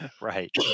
Right